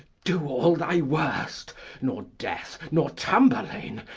do all thy worst nor death, nor tamburlaine,